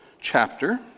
chapter